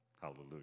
Hallelujah